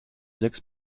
sechs